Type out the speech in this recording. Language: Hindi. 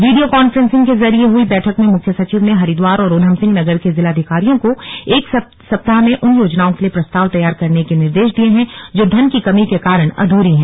विडियो कॉन्फ्रेंसिंग के जरिए हई बैठक में मुख्य सचिव ने हरिद्वार और ऊधमसिंह नगर के जिलाधिकारियों को एक सप्ताह में उन योजनाओं के लिए प्रस्ताव तैयार करने के निर्देश दिये हैं जो धन की कमी के कारण अध्री हैं